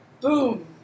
boom